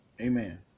amen